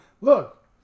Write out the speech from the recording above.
look